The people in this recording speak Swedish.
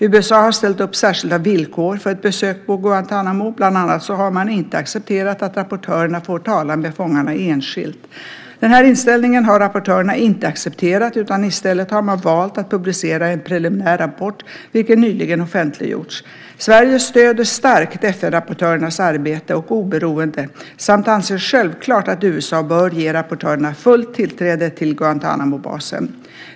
USA har ställt upp särskilda villkor för ett besök på Guantánamo; bland annat har man inte accepterat att rapportörerna får tala med fångarna enskilt. Denna inskränkning har rapportörerna inte accepterat utan i stället har man valt att publicera en preliminär rapport, vilken nyligen offentliggjorts. Sverige stöder starkt FN-rapportörernas arbete och oberoende samt anser självklart att USA bör ge rapportörerna fullt tillträde till Guantánamobasen.